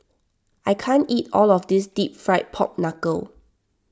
I can't eat all of this Deep Fried Pork Knuckle